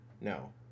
No